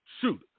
Shoot